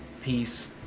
Peace